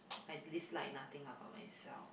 I dislike nothing about myself